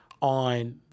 on